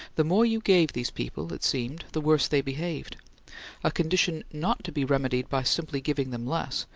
the more you gave these people, it seemed, the worse they behaved a condition not to be remedied by simply giving them less,